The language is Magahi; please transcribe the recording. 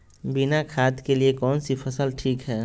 बिना खाद के लिए कौन सी फसल ठीक है?